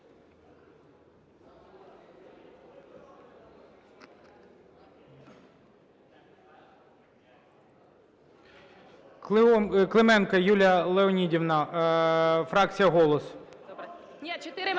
Клименко Юлія Леонідівна, фракція "Голос".